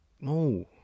no